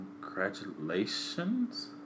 Congratulations